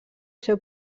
seu